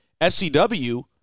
SCW